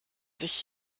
sich